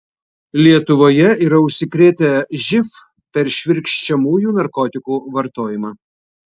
lietuvoje yra užsikrėtę živ per švirkščiamųjų narkotikų vartojimą